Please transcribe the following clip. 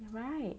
right